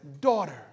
daughter